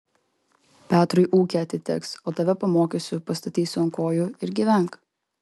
petrui ūkė atiteks o tave pamokysiu pastatysiu ant kojų ir gyvenk